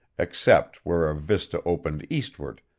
except where a vista opened eastward,